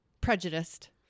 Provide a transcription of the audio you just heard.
prejudiced